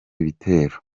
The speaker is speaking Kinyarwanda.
ibitero